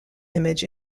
image